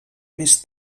més